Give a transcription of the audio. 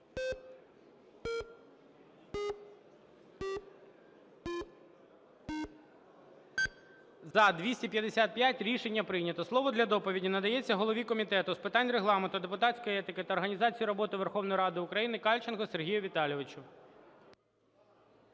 За-255 Рішення прийнято. Слово для доповіді надається голові Комітету з питань Регламенту, депутатської етики та організації роботи Верховної Ради України Кальченку Сергію Віталійовичу.